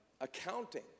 accounting